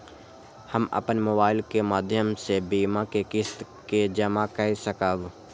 हम अपन मोबाइल के माध्यम से बीमा के किस्त के जमा कै सकब?